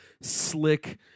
slick